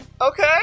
Okay